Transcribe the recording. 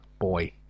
boy